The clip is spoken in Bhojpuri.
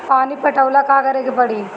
पानी पटावेला का करे के परी?